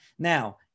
Now